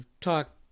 talk